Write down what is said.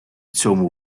цьому